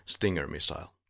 Stinger-missile